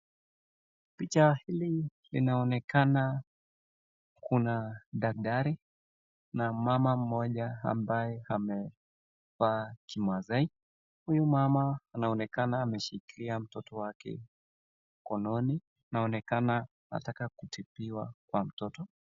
Picha hii inaonekana kuna daktari na mama mmoja ambaye amevaa kimaasai ,huyu mama anaonekana ameshikilia mtoto wake mkononi ,anaonekana anataka kutibiwa kwa mtoto.